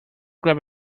grab